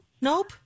Nope